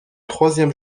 troisième